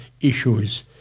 issues